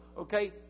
okay